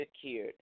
secured